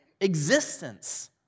existence